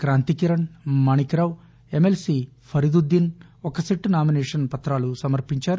Kranthi Kiran Manikrao MLC Fariduddin ఒకసెట్ nomination పుతాలు సమర్పించారు